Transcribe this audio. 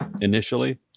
initially